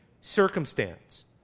circumstance